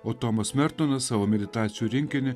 o tomas mertonas savo meditacijų rinkinį